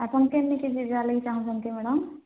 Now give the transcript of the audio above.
ଆପଣ କେମିତି ଯିବାର୍ ଲାଗି ଚାହୁଁଛନ୍ତି ମ୍ୟାଡ଼ମ୍